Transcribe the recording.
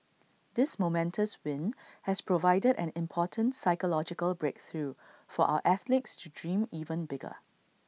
this momentous win has provided an important psychological breakthrough for our athletes to dream even bigger